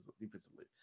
defensively